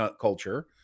culture